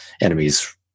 enemies